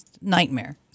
nightmare